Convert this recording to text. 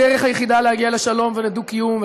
הדרך היחידה להגיע לשלום ולדו-קיום,